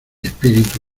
espíritu